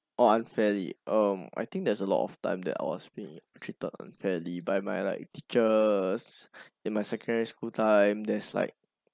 oh unfairly um I think there's a lot of time that I was being treated unfairly by my like teachers in my secondary school time there's like